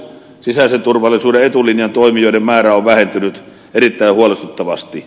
sisäisen turvallisuuden etulinjan toimijoiden määrä on vähentynyt erittäin huolestuttavasti